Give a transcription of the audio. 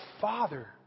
Father